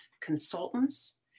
consultants